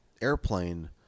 airplane